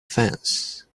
fence